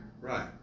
Right